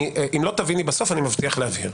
אם לא תביני בסוף, אני מבטיח להבהיר.